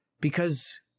because-